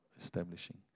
establishing